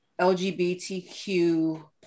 LGBTQ